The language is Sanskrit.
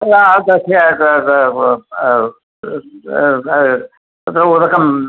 तत्र उदकं